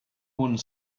one